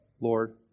Lord